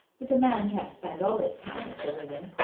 but a man can't spend all his time with the women.